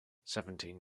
seventeen